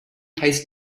heißt